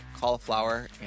cauliflower